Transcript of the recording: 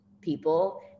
people